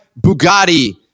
Bugatti